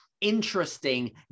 interesting